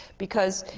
because